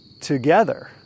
together